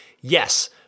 yes